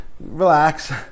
relax